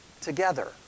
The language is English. together